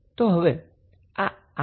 તો હવે આ 𝑅𝑁 ની કિંમત શું થશે